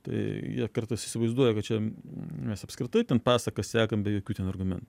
tai jie kartais įsivaizduoja kad čia mes apskritai ten pasakas sekam be jokių ten argumentų